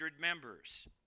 members